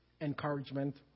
encouragement